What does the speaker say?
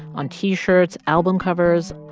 on t-shirts, album covers,